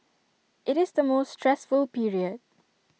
IT is the most stressful period